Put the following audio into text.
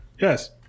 Yes